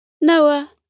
Noah